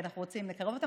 כי אנחנו רוצים לקרב אותם.